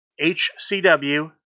HCW